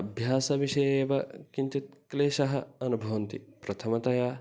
अभ्यासविषये एव किञ्चित् क्लेशम् अनुभवन्ति प्रथमतया